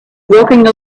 walking